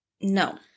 No